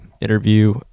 interview